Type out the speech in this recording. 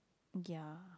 ya